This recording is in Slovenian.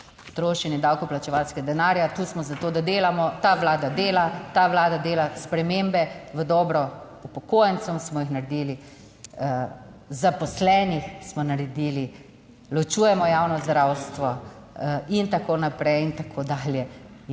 trošenje davkoplačevalskega denarja. Tu smo za to, da delamo, ta Vlada dela, ta Vlada dela spremembe v dobro upokojencev smo jih naredili, zaposlenih smo naredili, ločujemo javno zdravstvo in tako naprej in tako dalje.